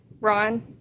Ron